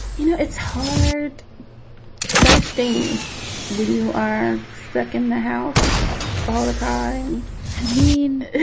you know, it's hard thirsting when you aren't stuck in the house all the time i mean,